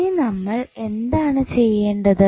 ഇനി നമ്മൾ എന്താണ് ചെയ്യേണ്ടത്